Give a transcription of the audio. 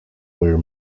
were